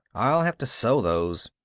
i'll have to sew those.